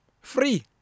free